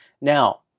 Now